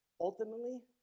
Ultimately